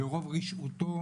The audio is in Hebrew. ברוב רשעותו,